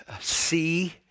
see